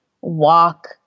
walk